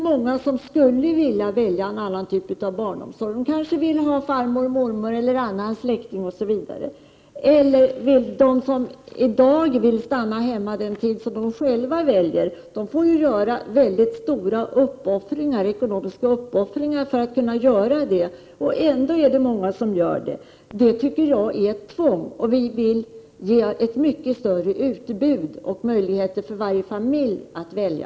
Många skulle vilja välja en annan typ av barnomsorg. De kanske vill ha farmor, mormor eller annan släkting osv. Andra vill stanna hemma den tid de själva väljer. De får göra stora ekonomiska uppoffringar för detta, och ändå är det många som gör det. Det tycker jag är ett tvång, och vi vill ge ett mycket större utbud och möjlighet för varje familj att välja.